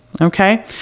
Okay